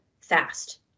fast